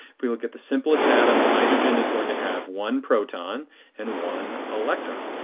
if we look at the simplest atom, hydrogen is going to have one proton and one electron.